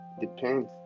Depends